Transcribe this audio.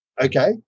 okay